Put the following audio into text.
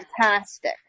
fantastic